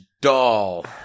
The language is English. doll